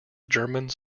germans